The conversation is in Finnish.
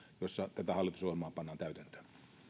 joissa tätä hallitusohjelmaa pannaan täytäntöön